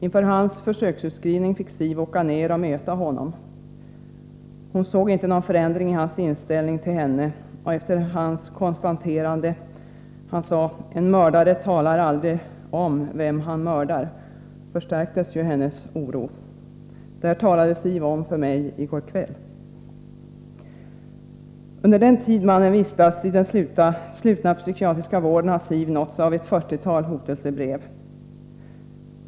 Inför hans försöksutskrivning fick Siv åka ner och möta honom. Hon såg inte någon förändring i hans inställning till henne, och hans konstaterande ”en mördare talar aldrig om vem han mördar” förstärkte hennes oro. Detta talade Siv om för mig i går kväll. Under den tid mannen har vistats i den slutna psykiatriska vården har Siv nåtts av ett fyrtiotal hotelsebrev.